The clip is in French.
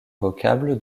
vocable